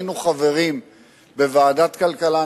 היינו חברים בוועדת הכלכלה.